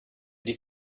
die